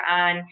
on